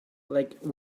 like